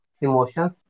emotions